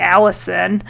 Allison